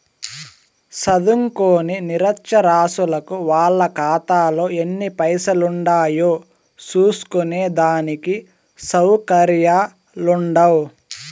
సదుంకోని నిరచ్చరాసులకు వాళ్ళ కాతాలో ఎన్ని పైసలుండాయో సూస్కునే దానికి సవుకర్యాలుండవ్